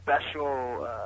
special